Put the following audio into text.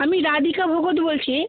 আমি রাধিকা ভগত বলছি